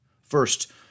First